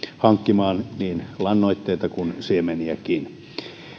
hankkimaan niin lannoitteita kuin siemeniäkin